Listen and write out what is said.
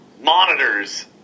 monitors